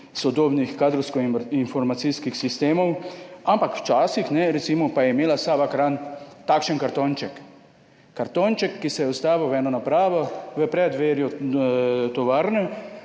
sodobnih kadrovsko informacijskih sistemov, ampak včasih, recimo, pa je imela Sava Kranj takšen kartonček, Kartonček, ki se je ustavil v eno napravo v preddverju tovarne